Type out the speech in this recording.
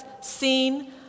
seen